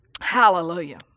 Hallelujah